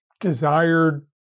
desired